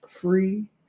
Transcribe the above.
free